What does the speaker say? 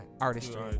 artistry